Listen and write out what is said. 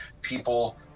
people